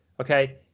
Okay